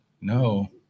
No